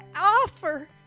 offer